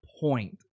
point